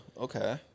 Okay